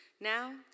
Now